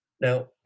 Now